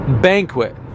Banquet